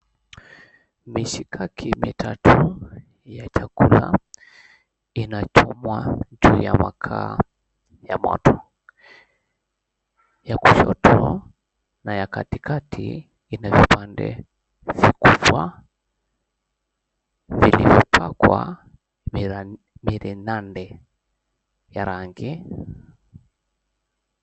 Mishikaki mitatu ya chakula inachomwa juu ya makaa ya moto ya kufata na ya katikati ina vipande va kufaa vilivyopakwa mirinande vya rangi.